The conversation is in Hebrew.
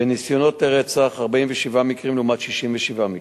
ובניסיונות לרצח, 47 מקרים לעומת 67 מקרים,